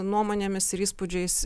nuomonėmis ir įspūdžiais